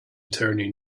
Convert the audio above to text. attorney